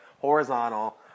horizontal